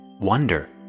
wonder